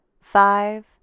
five